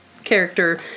character